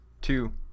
two